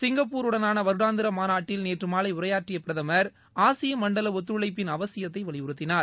சிங்கப்பூடனான வருடாந்திர மாநாட்டில் நேற்று மாலை உரையாற்றிய பிரதமர் ஆசிய மண்டல ஒத்துழைப்பின் அவசியத்தை வலியுறுத்தினார்